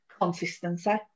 consistency